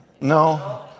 No